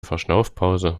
verschnaufpause